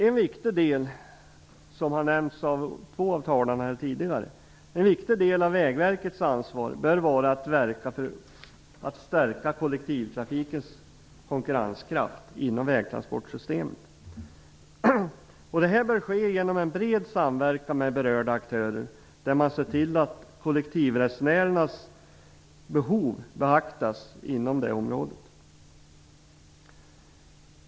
En viktig del av Vägverkets ansvar, vilket nämnts av två av de tidigare talarna, bör vara att verka för att kollektivtrafikens konkurrenskraft stärks inom vägtransportsystemet. Detta bör ske genom en bred samverkan med berörda aktörer, varvid man ser till att kollektivresenärernas behov beaktas inom det området.